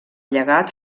llegat